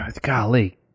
golly